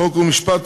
חוק ומשפט,